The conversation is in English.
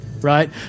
right